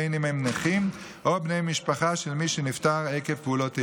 בין שהם נכים או בני משפחה של מי שנפטר עקב פעולות איבה.